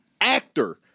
actor